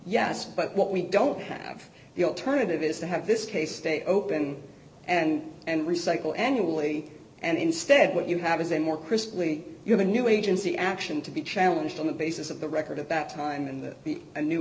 yes but what we don't have the alternative is to have this case stay open and and recycle annually and instead what you have is a more crisply you have a new agency action to be challenged on the basis of the record at that time and a new